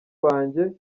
banjye